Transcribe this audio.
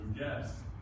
yes